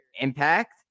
impact